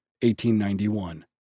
1891